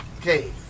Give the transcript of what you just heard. Okay